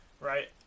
right